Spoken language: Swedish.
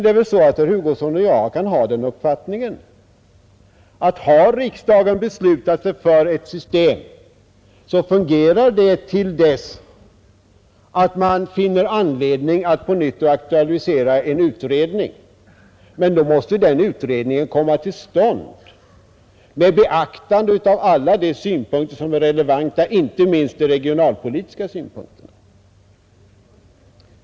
Det är väl så att herr Hugosson och jag kan ha den uppfattningen att har riksdagen beslutat sig för ett system, så fungerar det till dess att man finner anledning att på nytt aktualisera en utredning. Men då måste den utredningen komma till stånd med beaktande av alla de synpunkter som är relevanta, inte minst de regionalpolitiska synpunkterna.